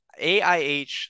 AIH